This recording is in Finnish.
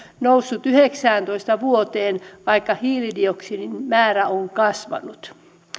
noussut yhdeksääntoista vuoteen vaikka hiilidioksidin määrä on kasvanut